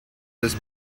des